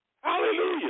Hallelujah